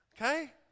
Okay